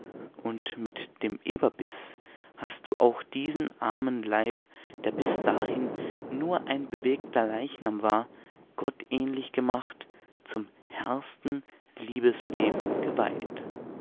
und mit dem eberbiß hast du auch diesen armen leib der bis dahin nur ein bewegter leichnam war gottähnlich gemacht zum hehrsten liebesleben geweiht